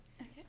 okay